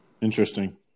Interesting